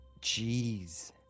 Jeez